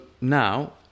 now